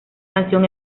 canción